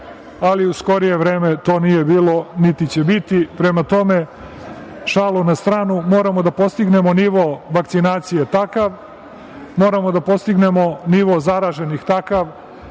ali u skorije vreme to nije bilo niti će biti. Prema tome, šalu na stranu, moramo da postignemo nivo vakcinacije takav, moramo da postignemo nivo zaraženih takav